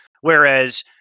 Whereas